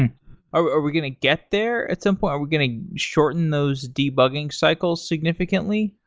and are we going to get there at some point? are we going to shorten those debugging cycles significantly?